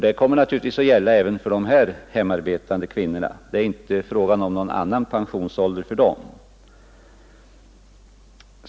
Den kommer naturligtvis att gälla även för de här hemarbetande kvinnorna. Det är inte fråga om någon annan pensionsålder för dem.